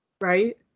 Right